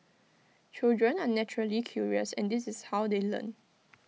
children are naturally curious and this is how they learn